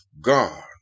God